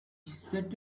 set